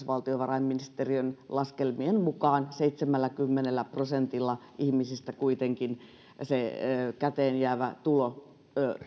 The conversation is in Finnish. valtiovarainministeriön laskelmien mukaan seitsemälläkymmenellä prosentilla ihmisistä kuitenkin se käteenjäävä tulo